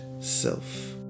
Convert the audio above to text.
self